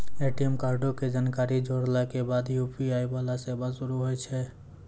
ATM कार्डो के जानकारी जोड़ला के बाद यू.पी.आई वाला सेवा शुरू होय जाय छै